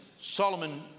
solomon